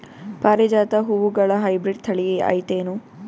ಪಾರಿಜಾತ ಹೂವುಗಳ ಹೈಬ್ರಿಡ್ ಥಳಿ ಐತೇನು?